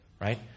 right